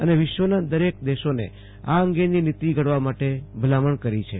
અને વિશ્વના દરક દેશોનુ આ અંગેની નીતિ ઘડવા માટે ભલામણ કરી છે